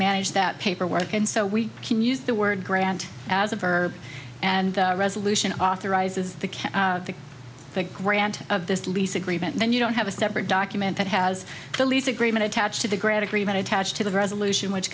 manage that paperwork and so we can use the word grant as a verb and resolution authorizes the cap to the granting of this lease agreement then you don't have a separate document that has the lease agreement attached to the ground agreement attached to the resolution which